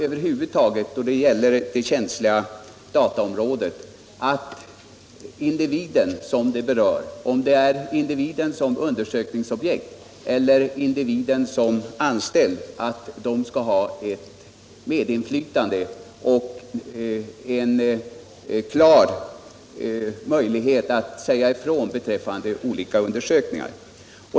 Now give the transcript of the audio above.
Över huvud taget skall den individ som berörs på det känsliga dataområdet, oavsett om det är som undersökningsobjekt eller som anställd, ha ett medinflytande och en klar möjlighet att säga ifrån beträffande olika undersökningar.